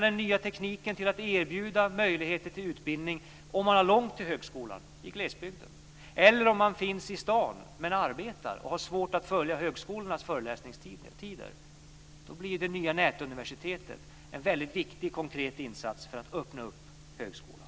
Den nya tekniken erbjuder möjligheter till utbildning om man har långt till högskolan i glesbygden eller om man finns i stan men arbetar och har svårt att följa högskolornas föreläsningstider. Då blir det nya nätuniversitetet en mycket viktig och konkret insats för att öppna upp högskolan.